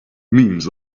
memes